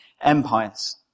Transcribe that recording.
empires